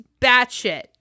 batshit